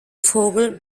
vogel